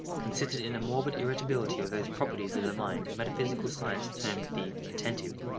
consisted in a morbid irritability of those properties of the mind in metaphysical science termed the attentive.